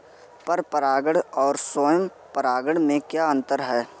पर परागण और स्वयं परागण में क्या अंतर है?